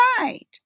right